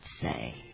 say